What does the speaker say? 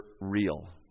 real